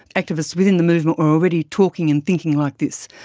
activists within the movement were already talking and thinking like this,